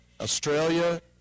Australia